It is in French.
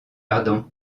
ardan